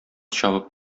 чабып